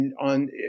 on